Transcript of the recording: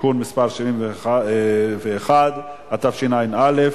(תיקון מס' 71), התשע"א 2011,